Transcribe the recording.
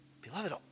Beloved